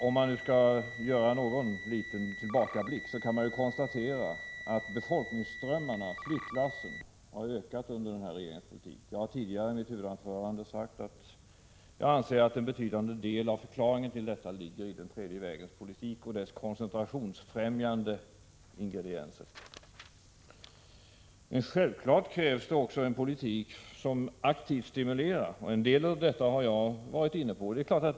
Om man skall göra en liten tillbakablick kan man ju konstatera att befolkningsströmmarna, flyttlassen har ökat under denna regerings tid. Jag har i mitt huvudanförande sagt att jag anser att en betydande del av förklaringen ligger i den tredje vägens politik och dess koncentrationsfrämjande ingredienser. Självklart krävs också en politik som aktivt stimulerar. En del av detta har jag varit inne på.